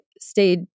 stayed